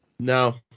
No